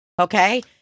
Okay